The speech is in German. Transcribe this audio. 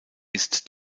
ist